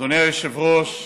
אדוני היושב-ראש,